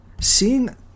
Seeing